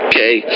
Okay